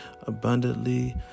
abundantly